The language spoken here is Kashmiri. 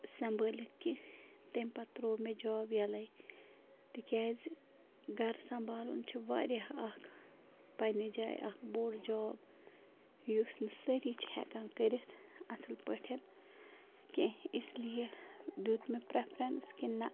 سنٛبٲلِتھ کیٚنٛہہ تَمہِ پتہٕ ترٛوو مےٚ جاب یَلَے تِکیٛازِ گَر سنٛبالُن چھِ واریاہ اَکھ پنٛنہِ جایہِ اَکھ بوٚڑ جاب یُس نہٕ سٲری چھِ ہٮ۪کان کٔرِتھ اَصٕل پٲٹھۍ کیٚنٛہہ اِس لیے دیُت مےٚ پرٛٮ۪فرٮ۪نٕس کہِ نَہ